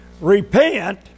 repent